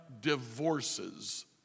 divorces